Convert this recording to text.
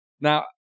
now